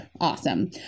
Awesome